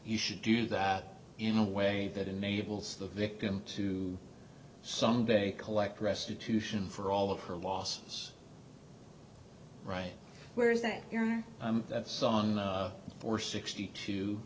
you should do that in a way that enables the victim to someday collect restitution for all of her losses right where is that your song for sixty two